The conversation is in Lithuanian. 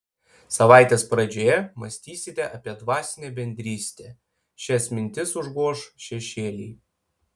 savaitės pradžioje mąstysite apie dvasinę bendrystę šias mintis užgoš šešėliai